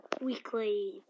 weekly